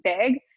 big